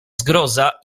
zgroza